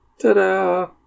Ta-da